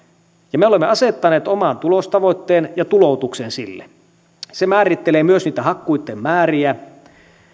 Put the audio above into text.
ja me olemme asettaneet oman tulostavoitteen ja tuloutuksen sille se määrittelee myös niitten hakkuitten määriä